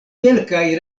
kelkaj